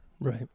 Right